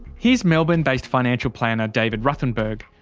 here's melbourne-based financial planner david ruthenberg.